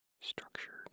structured